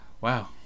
Wow